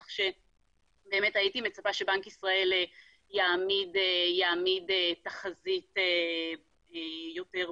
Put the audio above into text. כך שהייתי מצפה שבנק ישראל יעמיד תחזית יותר ברורה.